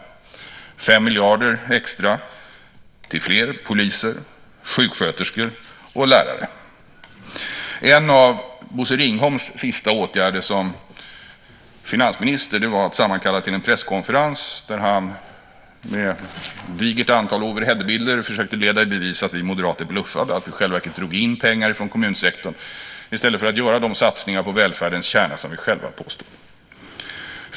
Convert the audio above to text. Vi föreslår 5 miljarder extra till fler poliser, sjuksköterskor och lärare. En av Bosse Ringholms sista åtgärder som finansminister var att sammankalla till en presskonferens där han med ett digert antal overheadbilder försökte leda i bevis att vi moderater bluffade, att vi i själva verket drog in pengar från kommunsektorn i stället för att göra de satsningar på välfärdens kärna som vi själva påstod.